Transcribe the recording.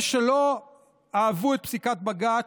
יש שלא אהבו את פסיקת בג"ץ,